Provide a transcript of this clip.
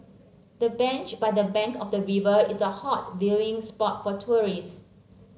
the bench by the bank of the river is a hot viewing spot for tourists